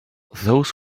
those